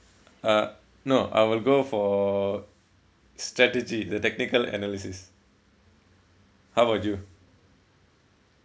uh no I will go for strategy the technical analysis how about you